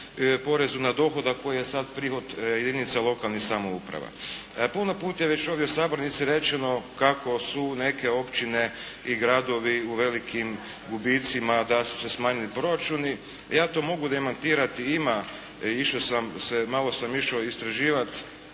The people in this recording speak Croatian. porezu na dohodak koji je sad prihod jedinica lokalnih samouprava. Puno puta je već ovdje u sabornici rečeno kako su neke općine i gradovi u velikim gubicima, da su se smanjili proračuni. Ja to mogu demantirati. Ima, malo sam išao istraživati,